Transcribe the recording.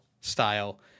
style